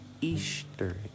Easter